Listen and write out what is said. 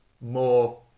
more